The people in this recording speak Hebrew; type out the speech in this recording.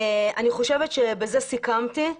לסיכום,